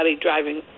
driving